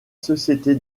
société